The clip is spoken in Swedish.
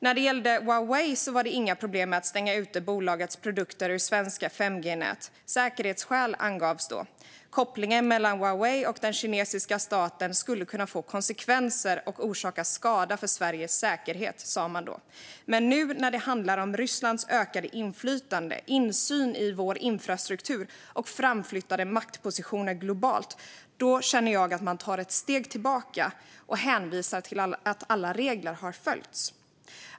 När det gällde Huawei fanns det inga problem med att stänga ute bolagets produkter från svenska 5G-nät. Säkerhetsskäl angavs då. Kopplingen mellan Huawei och den kinesiska staten skulle kunna få konsekvenser och orsaka skada för Sveriges säkerhet, sa man då. Men nu, när det handlar om Rysslands ökade inflytande, insyn i vår infrastruktur och framflyttade maktpositioner globalt, tar man ett steg tillbaka och hänvisar till att alla regler har följts.